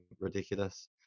ridiculous